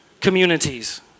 communities